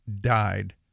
died